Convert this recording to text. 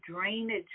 drainage